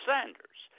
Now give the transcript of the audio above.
Sanders